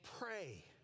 pray